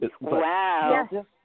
Wow